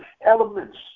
elements